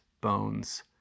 Bones